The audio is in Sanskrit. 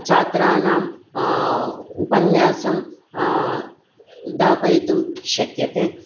छात्राणाम् उपन्यासं दापयितुं शक्यते